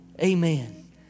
Amen